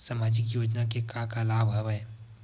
सामाजिक योजना के का का लाभ हवय?